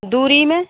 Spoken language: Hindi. दूरी में